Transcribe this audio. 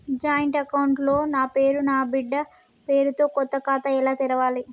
Joint account లో నా పేరు నా బిడ్డే పేరు తో కొత్త ఖాతా ఎలా తెరవాలి?